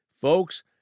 Folks